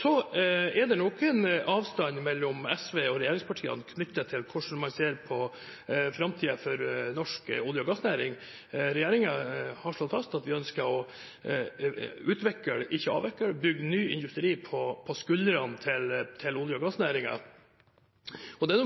Så er det nok en avstand mellom SV og regjeringspartiene knyttet til hvordan man ser på framtiden for norsk olje- og gassnæring. Regjeringen har slått fast at vi ønsker å utvikle – ikke avvikle – og bygge ny industri på skuldrene til olje- og gassnæringen. Det er